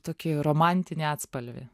tokį romantinį atspalvį